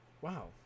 wow